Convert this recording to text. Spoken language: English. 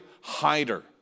hider